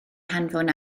hanfon